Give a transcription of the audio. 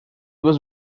was